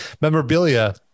memorabilia